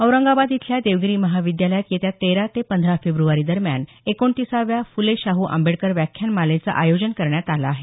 औरंगाबाद इथल्या देवगिरी महाविद्यालयात येत्या तेरा ते पंधरा फेब्रवारी दरम्यान एकोणतीसाव्या फुले शाहू आंबेडकर व्याख्यानमालेचं आयोजन करण्यात आलं आहे